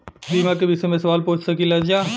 बीमा के विषय मे सवाल पूछ सकीलाजा?